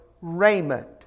raiment